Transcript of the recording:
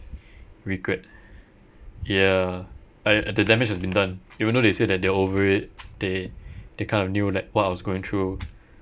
regret ya I at~ the damage has been done even though they say that they're over it they they kind of knew like what I was going through